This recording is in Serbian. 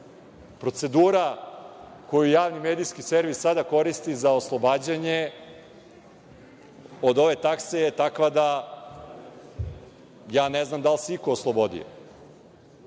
oslobode. Procedura koju Javni medijski servis sada koristi za oslobađanje od ove takse je takva da ja ne znam da li se iko oslobodio.